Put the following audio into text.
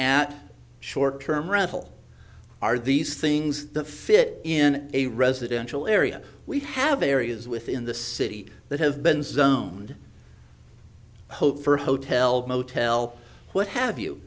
at short term rental are these things the fit in a residential area we have areas within the city that have been zoned hope for hotel motel what have you